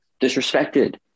disrespected